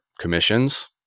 commissions